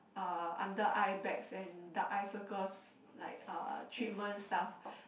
uh under eye bags and dark eye circles like uh treatment stuff